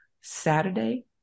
Saturday